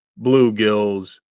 bluegills